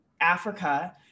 Africa